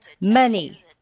money